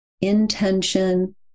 intention